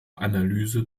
analyse